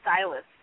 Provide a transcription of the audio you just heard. stylist